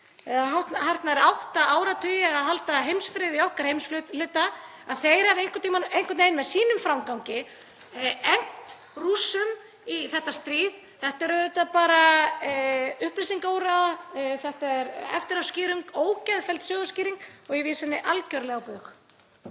hartnær átta áratugi, að halda heimsfriði í okkar heimshluta, hafi einhvern veginn með sínum framgangi egnt Rússa í þetta stríð. Þetta er auðvitað bara upplýsingaóreiða, þetta er eftiráskýring, ógeðfelld söguskýring og ég vísa henni algerlega á bug.